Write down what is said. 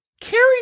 carrie